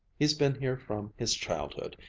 he's been here from his childhood.